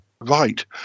right